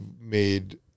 made